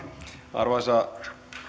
arvoisa